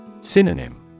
Synonym